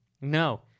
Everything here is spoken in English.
no